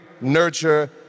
nurture